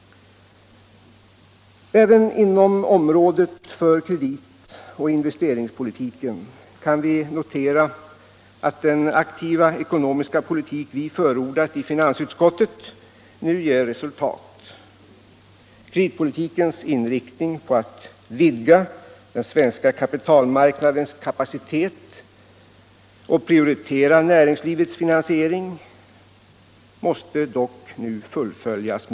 Även inom området för kreditoch investeringspolitiken kan vi inom centern notera att den aktiva ekonomiska politik vi förordat i finansutskottet nu ger resultat. Kreditpolitikens inriktning på att vidga den svenska kapitalmarknadens kapacitet och prioritera näringslivets finansiering måste dock nu med kraft fullföljas.